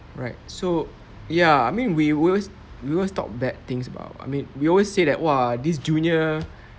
right so ya I mean we we always we always talk bad things about we always say that !wah! this junior